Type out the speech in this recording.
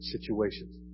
situations